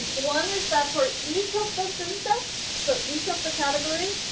one is that for each of the synset so, each of the category,